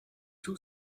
two